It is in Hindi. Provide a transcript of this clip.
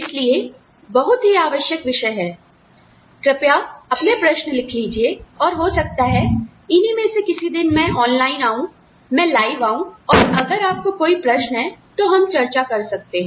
इसलिए बहुत ही आवश्यक विषय है कृपया अपने प्रश्न लिख लीजिए और हो सकता है इन्हीं में से किसी दिन मैं ऑनलाइन हूं मैं लाइव हूं और अगर आपको कोई प्रश्न है तो हम चर्चा कर सकते हैं